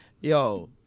Yo